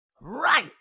Right